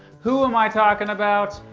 who am i talking about?